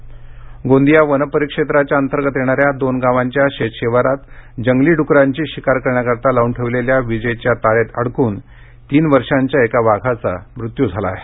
वाघ गोंदिया वनपरिक्षेत्राच्या अंतर्गत येणाऱ्या दोन गावांच्या शेतशिवारात जंगली डुकरांची शिकार करण्याकरता लावून ठेवलेल्या विजेच्या तारात अडकून तीन वर्षांच्या एका वाघाचा मृत्यू झाला आहे